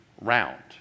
round